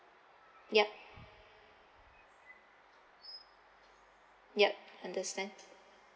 yup yup understand